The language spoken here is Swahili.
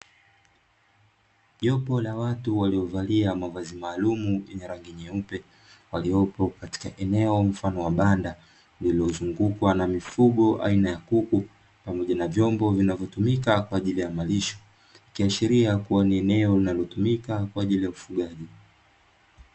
Jopo la watu waliovalia mavazi maalumu yenye rangi nyeupe, waliopo katika eneo mfano wa banda, lililozungukwa na mifugo aina ya kuku, pamoja na vyombo vinavyotumika kwa ajili ya malisho. Ikiashiria kuwa ni eneo linalotumika kwa ajili ya ufugaji.